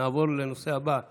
נעבור לנושא הבא בסדר-היום,